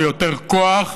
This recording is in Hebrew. ליותר כוח,